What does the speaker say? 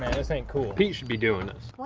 this ain't cool. pete should be doing this.